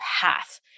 path